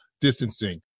distancing